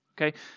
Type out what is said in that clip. okay